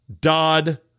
Dodd